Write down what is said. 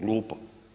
Glupo.